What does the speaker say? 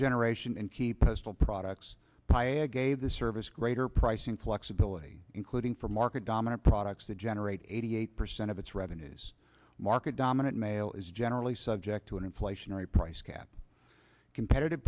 generation and key postal products piaa gave the service greater pricing flexibility including for market dominant products to generate eighty eight percent of its revenues market dominant male is generally subject to an inflationary price cap competitive